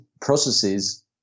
processes